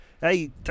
Hey